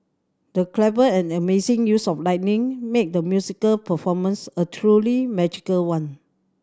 the clever and amazing use of lighting made the musical performance a truly magical one